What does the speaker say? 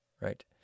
Right